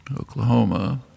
Oklahoma